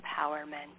empowerment